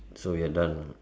so we're done ah